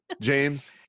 james